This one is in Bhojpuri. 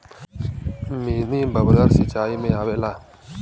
मिनी बबलर सिचाई में आवेला